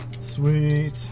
Sweet